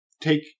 take